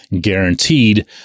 guaranteed